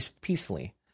peacefully